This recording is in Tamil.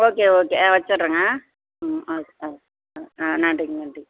ஓகே ஓகே ஆ வெச்சுர்றங்க ம் ஓகே ஓகே அது ஆ நன்றிங்க நன்றிங்க